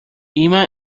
emma